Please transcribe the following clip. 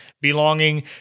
belonging